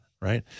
Right